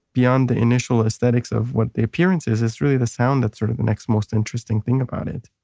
beyond the initial aesthetics of what the appearance is, it's really the sound that's sort of the next most interesting thing about it